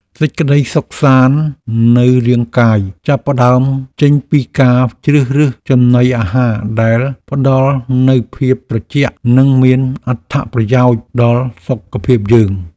សេចក្តីសុខសាន្តនៃរាងកាយចាប់ផ្តើមចេញពីការជ្រើសរើសចំណីអាហារដែលផ្ដល់នូវភាពត្រជាក់និងមានអត្ថប្រយោជន៍ដល់សុខភាពយើង។